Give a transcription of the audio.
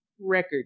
record